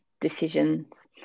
decisions